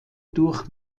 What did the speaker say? durch